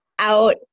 Out